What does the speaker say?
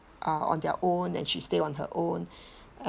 are on their own and she stay on her own